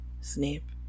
Snape